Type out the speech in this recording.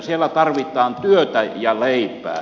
siellä tarvitaan työtä ja leipää